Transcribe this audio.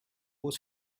was